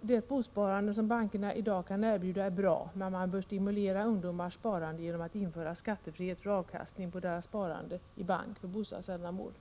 Det bostadssparande som bankerna i dag kan erbjuda är bra, men ungdomars sparande bör stimuleras genom införande av skattefrihet för avkastning på deras sparande i bank för bostadsändamål.